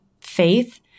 faith